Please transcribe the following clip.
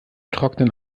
trocknen